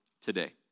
today